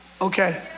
Okay